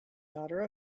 daughter